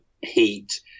heat